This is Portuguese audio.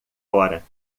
fora